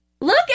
Look